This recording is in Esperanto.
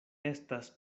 estas